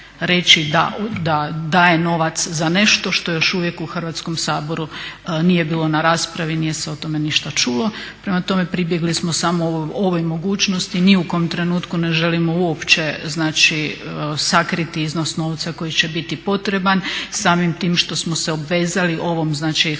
da daje novac za nešto što još uvijek u Hrvatskom saboru nije bilo na raspravi, nije se o tome ništa čulo. Prema tome pribjegli smo samo ovoj mogućnosti. Ni u kom trenutku ne želimo uopće sakriti iznos novca koji će biti potreban samim tim što smo se obvezali ovom Hrvatskom